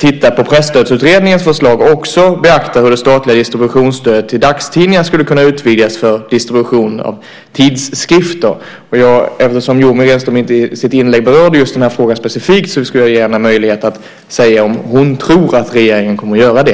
titta på Presstödsutredningens förslag också beaktar hur det statliga distributionsstödet till dagstidningar skulle kunna utvidgas för distribution av tidskrifter. Eftersom Yoomi Renström inte i sitt inlägg berörde just den här frågan specifikt vill jag ge henne möjlighet att säga om hon tror att regeringen kommer att göra det.